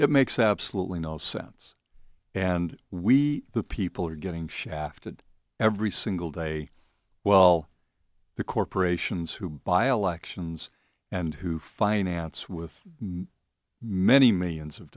it makes absolutely no sense and we the people are getting shafted every single day well the corporations who byelection zx and who finance with many millions of